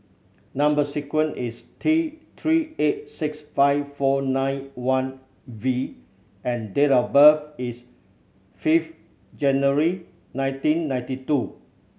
number sequence is T Three eight six five four nine one V and date of birth is fifth January nineteen ninety two